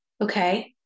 Okay